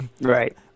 Right